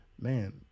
man